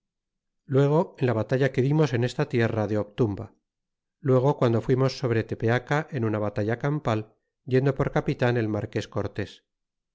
luego en la batalla que dimos en esta tierra de obtumba luego guando fuimos sobre tepeaca en una batalla campal yendo por capitan el marques